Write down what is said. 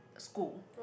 school